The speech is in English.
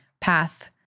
path